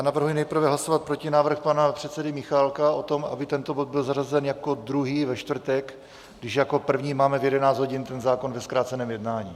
Navrhuji nejprve hlasovat protinávrh pana předsedy Michálka o tom, aby tento bod byl zařazen jako druhý ve čtvrtek, když jako první máme v 11 hodin ten zákon ve zkráceném jednání.